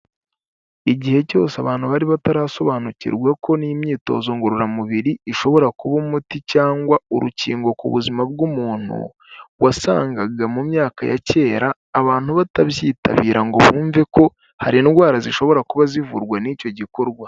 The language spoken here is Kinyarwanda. Igihe cyose abantu bari batarasobanukirwa ko n'imyitozo ngororamubiri ishobora kuba umuti cyangwa urukingo ku buzima bw'umuntu, wasangaga mu myaka ya kera abantu batabyitabira ngo bumve ko hari indwara zishobora kuba zivurwa n'icyo gikorwa.